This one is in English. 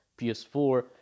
PS4